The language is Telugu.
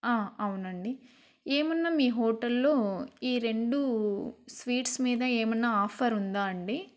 అవునండి ఏమున్నా మీ హోటల్లో ఈ రెండు స్వీట్స్ మీద ఏమన్నా ఆఫర్ ఉందా అండి